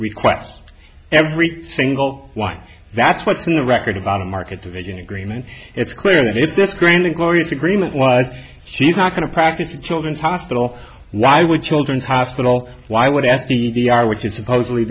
requests every single why that's what's in the record about a market division agreement it's clear that if this grand and glorious agreement was she's not going to practice the children's hospital why would children's hospital why would the d r which is supposedly